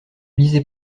lisez